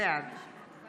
אינו נוכח